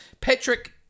Patrick